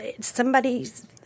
somebody's